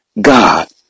God